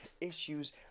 issues